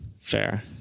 Fair